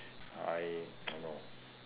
I I know